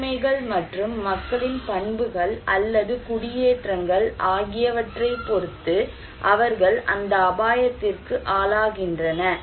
நிலைமைகள் மற்றும் மக்களின் பண்புகள் அல்லது குடியேற்றங்கள் ஆகியவற்றைப்பொறுத்து அவர்கள் அந்த அபாயத்திற்கு ஆளாகின்றன